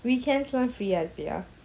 weekends lah free ah இருப்பியா:irupia